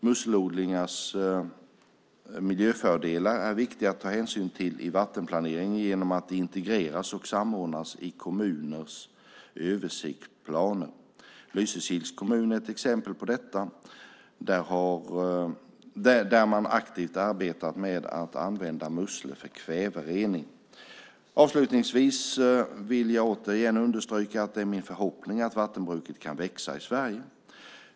Musselodlingars miljöfördelar är viktigt att ta hänsyn till i vattenplaneringen genom att det integreras och samordnas i kommuners översiktsplaner. Lysekils kommun är ett exempel på detta, där man aktivt arbetar med att använda musslor för kväverening. Avslutningsvis vill jag återigen understryka att det är min förhoppning att vattenbruket ska växa i Sverige.